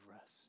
rest